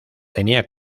tenía